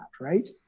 right